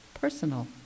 personal